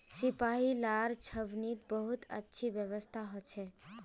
सिपाहि लार छावनीत बहुत अच्छी व्यवस्था हो छे